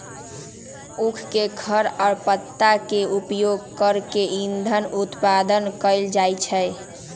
उख के खर आ पत्ता के उपयोग कऽ के इन्धन उत्पादन कएल जाइ छै